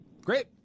Great